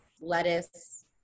lettuce